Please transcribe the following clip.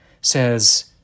says